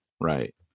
right